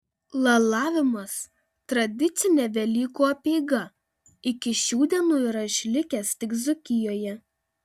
lalavimas tradicinė velykų apeiga iki šių dienų yra išlikęs tik dzūkijoje